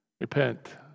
repent